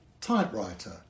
typewriter